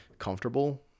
comfortable